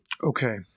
Okay